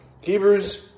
Hebrews